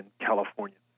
California